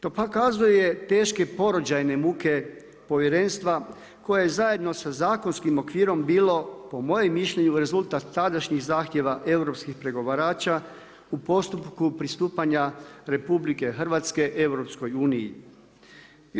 To pokazuje teške porođajne muke povjerenstva koje zajedno sa zakonskim okvirom bilo po mojem mišljenju rezultat tadašnjih zahtjeva europskih pregovarača u postupku pristupanja RH Europskoj uniji.